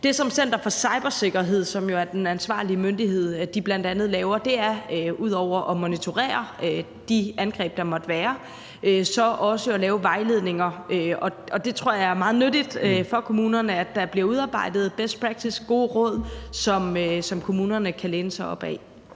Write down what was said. Det, som Center for Cybersikkerhed, som jo er den ansvarlige myndighed, bl.a. laver, er – udover at monitorere de angreb, der måtte være – at lave vejledninger. Og det tror jeg er meget nyttigt for kommunerne, at der bliver udarbejdet best practice og gode råd, som kommunerne kan læne sig op ad.